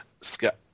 Scott